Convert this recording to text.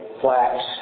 Flax